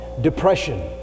depression